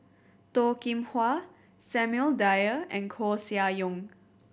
Toh Kim Hwa Samuel Dyer and Koeh Sia Yong